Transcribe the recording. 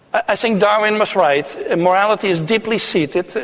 i think darwin was right, morality is deeply seated,